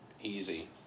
easy